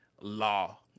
law